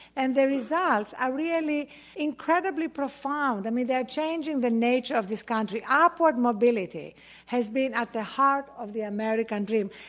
and the results are ah really incredibly profound. i mean, they are changing the nature of this country. ah upward mobility has been at the heart of the american dream.